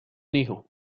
hijo